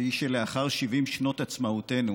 והיא שלאחר 70 שנות עצמאותנו